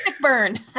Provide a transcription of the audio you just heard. burn